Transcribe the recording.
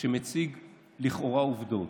שמציג לכאורה עובדות,